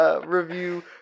Review